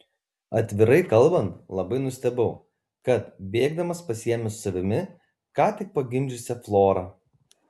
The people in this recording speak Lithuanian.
atvirai kalbant labai nustebau kad bėgdamas pasiėmė su savimi ką tik pagimdžiusią florą